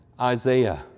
Isaiah